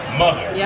mother